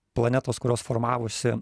planetos kurios formavosi